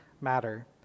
matter